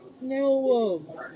No